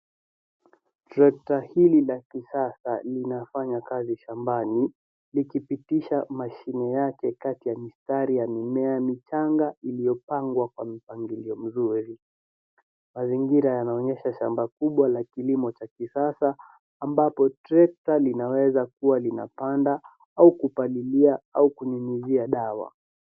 Trekata hili la kisasa linafanya kazi shambani likipitisha mashine yake kati ya mistari ya mimea michanga iliyopangwa kwa mipangilio mizuri. Mazingira yanaonyesha shamba kubwa la kilimo cha kisasa ambapo trekta linaweza kuwa linapanda au kupalilia au kunyunyizia dawa.